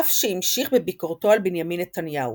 אף שהמשיך בביקורתו על בנימין נתניהו.